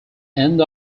end